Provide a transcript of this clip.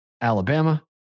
Alabama